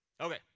Okay